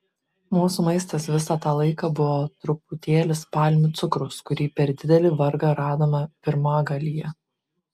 mūsų maistas visą tą laiką buvo truputėlis palmių cukraus kurį per didelį vargą radome pirmagalyje